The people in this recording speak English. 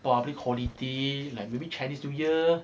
public holiday like maybe chinese new year